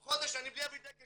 חודש אני בלי --- 30%,